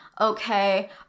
Okay